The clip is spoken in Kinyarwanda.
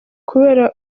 kubera